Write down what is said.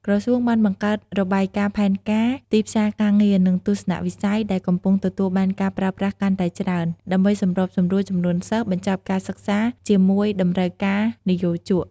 ក្រសួងបានបង្កើតរបាយការណ៍ផែនការទីផ្សារការងារ និងទស្សនវិស័យ ដែលកំពុងទទួលបានការប្រើប្រាស់កាន់តែច្រើន ដើម្បីសម្របសម្រួលចំនួនសិស្សបញ្ចប់ការសិក្សាជាមួយតម្រូវការនិយោជក។